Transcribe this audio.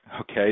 Okay